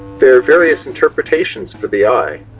there are various interpretations for the eye.